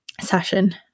session